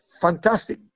Fantastic